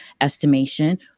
estimation